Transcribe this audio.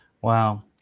Wow